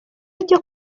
ibyo